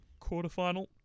quarterfinal